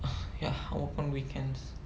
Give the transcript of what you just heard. uh ya I work on weekends